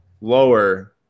lower